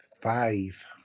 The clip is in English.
five